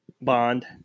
Bond